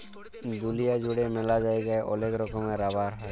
দুলিয়া জুড়ে ম্যালা জায়গায় ওলেক রকমের রাবার হ্যয়